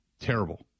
Terrible